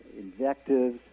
invectives